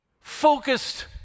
focused